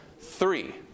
Three